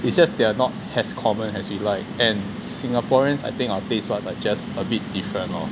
it's just they're not as common as we like and singaporeans I think our taste buds are just a bit different lor